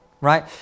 Right